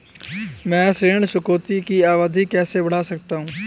मैं ऋण चुकौती की अवधि कैसे बढ़ा सकता हूं?